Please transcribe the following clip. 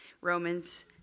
Romans